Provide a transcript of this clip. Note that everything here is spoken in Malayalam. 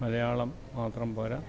മലയാളം മാത്രം പോര